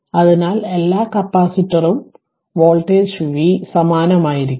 അതിനാൽ എല്ലാ കപ്പാസിറ്ററും കാരണം വോൾട്ടേജ് v സമാനമായിരിക്കും